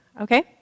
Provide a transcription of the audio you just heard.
okay